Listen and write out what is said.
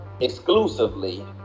exclusively